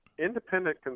independent